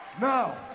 Now